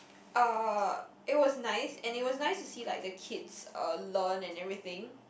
uh it was nice and it was nice to see like the kids uh learn and everything